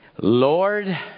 Lord